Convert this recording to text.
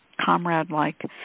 comrade-like